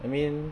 I mean